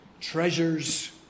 treasures